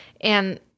and-